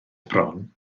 bron